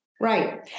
right